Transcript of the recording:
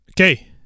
Okay